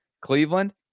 Cleveland